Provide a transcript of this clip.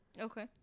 Okay